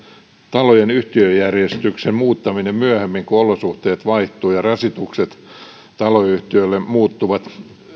talojen yhtiöjärjestyksen muuttaminen myöhemmin kun olosuhteet vaihtuvat ja rasitukset taloyhtiöille muuttuvat